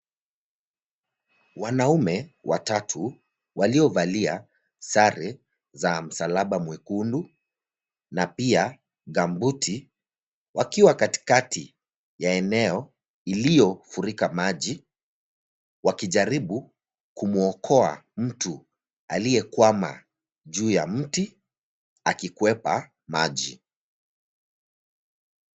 Wanaume watatu waliovalia sare za msalaba mwekundu na pia gambuti wakiwa katikati ya eneo iliyofurika maji wakijaribu kumwokoa mtu aliyekwama juu ya mti akikwepa maji.